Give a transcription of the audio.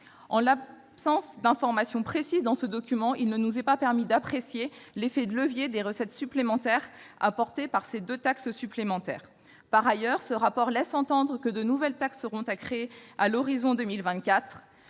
En l'absence d'informations précises dans ce document, il ne nous est pas permis d'apprécier l'effet de levier des recettes supplémentaires qu'apporteraient ces deux nouvelles taxes. Par ailleurs, ce rapport laisse entendre que de nouvelles taxes devront être créées à l'horizon de 2024.